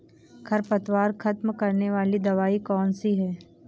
खरपतवार खत्म करने वाली दवाई कौन सी है?